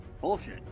Bullshit